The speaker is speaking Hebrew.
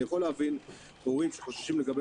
אני יכול להבין הורים שחוששים לגבי